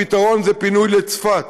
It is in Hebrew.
הפתרון זה פינוי לצפת,